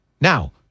Now